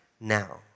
now